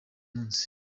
munsi